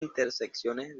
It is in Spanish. intersecciones